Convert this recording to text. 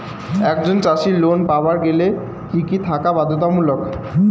একজন চাষীর লোন পাবার গেলে কি কি থাকা বাধ্যতামূলক?